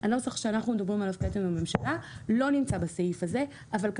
לא נמצא בסעיף הזה אבל,